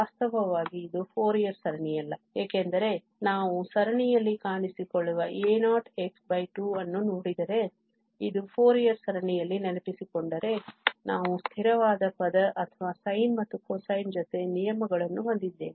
ವಾಸ್ತವವಾಗಿ ಇದು ಫೋರಿಯರ್ ಸರಣಿಯಲ್ಲ ಏಕೆಂದರೆ ನಾವು ಸರಣಿಯಲ್ಲಿ ಕಾಣಿಸಿಕೊಳ್ಳುವ a0x2 ಅನ್ನು ನೋಡಿದರೆ ನೀವು ಫೋರಿಯರ್ ಸರಣಿಯಲ್ಲಿ ನೆನಪಿಸಿಕೊಂಡರೆ ನಾವು ಸ್ಥಿರವಾದ ಪದ ಅಥವಾ sine ಮತ್ತು cosine ಜೊತೆ ನಿಯಮಗಳನ್ನು ಹೊಂದಿದ್ದೇವೆ